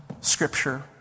scripture